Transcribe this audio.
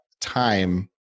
time